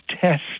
test